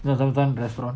the zam zam restaurant